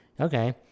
okay